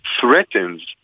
threatens